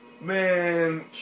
Man